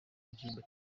gilbert